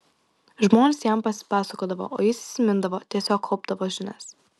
žmonės jam pasipasakodavo o jis įsimindavo tiesiog kaupdavo žinias